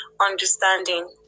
understanding